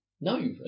No